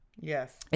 Yes